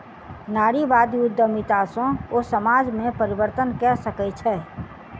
नारीवादी उद्यमिता सॅ ओ समाज में परिवर्तन कय सकै छै